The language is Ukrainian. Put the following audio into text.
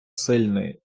сильної